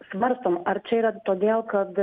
svarstom ar čia yra todėl kad